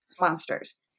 monsters